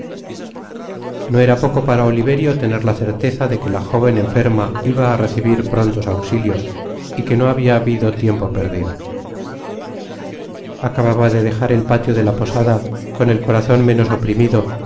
no era poco para oliverio tener la certeza de que la joven enferma iba á recibir prontos ausilios y que no habia habido tiempo perdido acababa de dejar el patio de la posada con el corazon menos oprimido